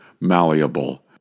malleable